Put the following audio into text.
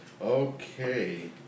Okay